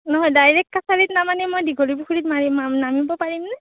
নহয় ডাইৰেক্ট কাছাৰীত নানামি মই দীঘলীপুখুৰীত নামিব পাৰিমনে